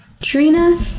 Trina